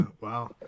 wow